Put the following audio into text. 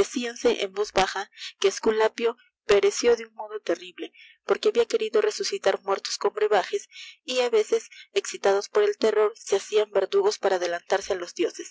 decían se en oz baja que esculapio pereció de un modo terrible porque habia querido resucitar muertos con brebajes y á veces exitados por el terror se hacian verdugos para adclanblrse á los dioses